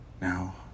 Now